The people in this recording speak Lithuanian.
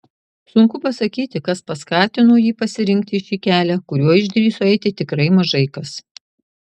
sunku pasakyti kas paskatino jį pasirinkti šį kelią kuriuo išdrįso eiti tikrai mažai kas